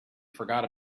forgot